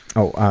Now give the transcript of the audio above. oh,